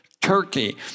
Turkey